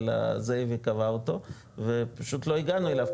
אלא זאביק קבע אותו ופשוט לא הגענו אליו,